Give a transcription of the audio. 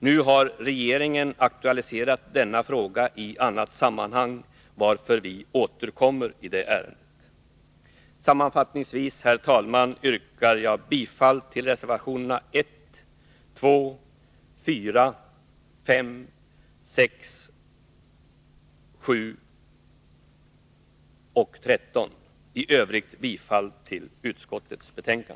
Nu har regeringen aktualiserat denna fråga i annat sammanhang, varför vi återkommer i det ärendet. Sammanfattningsvis, herr talman, yrkar jag bifall till reservationerna 1, 2, 4, 5, 6, 7 och 13. I övrigt yrkar jag bifall till utskottets hemställan.